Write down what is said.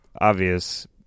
obvious